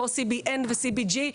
כמו CBN ו-CBG,